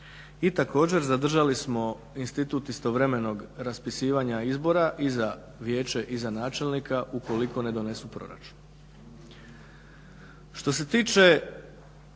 I također zadržali smo institut istovremenog raspisivanja izbora i za vijeće i za načelnika ukoliko ne donesu proračun. Što se tiče